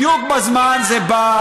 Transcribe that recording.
בדיוק בזמן זה בא.